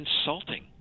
insulting